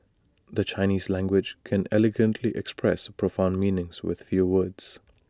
the Chinese language can elegantly express profound meanings with few words